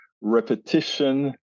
Repetition